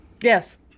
Yes